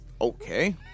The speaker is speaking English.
Okay